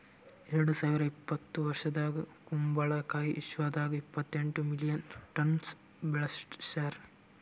ಎರಡು ಸಾವಿರ ಇಪ್ಪತ್ತು ವರ್ಷದಾಗ್ ಕುಂಬಳ ಕಾಯಿ ವಿಶ್ವದಾಗ್ ಇಪ್ಪತ್ತೆಂಟು ಮಿಲಿಯನ್ ಟನ್ಸ್ ಬೆಳಸ್ಯಾರ್